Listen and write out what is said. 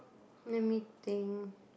let me think